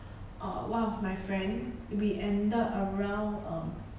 uh one of my friend we ended around um